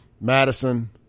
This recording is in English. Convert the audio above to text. Madison